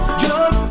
jump